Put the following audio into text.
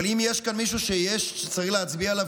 אבל אם יש כאן מישהו שצריך להצביע עליו